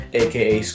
aka